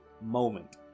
moment